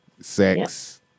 sex